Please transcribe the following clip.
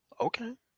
Okay